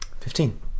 Fifteen